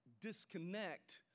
disconnect